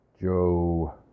Joe